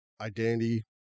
identity